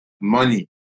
money